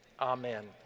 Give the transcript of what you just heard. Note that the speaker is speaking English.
amen